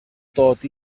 dod